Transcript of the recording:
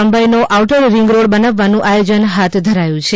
લંબાઇનો outer ring road બનાવવાનું આયોજન હાથ ધરાયું છે